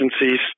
agencies